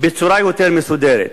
בצורה יותר מסודרת.